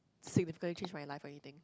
significantly change my life or anything